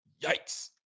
Yikes